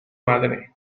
madre